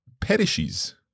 perishes